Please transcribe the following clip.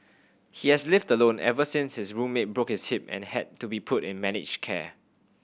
he has lived alone ever since his roommate broke his hip and had to be put in managed care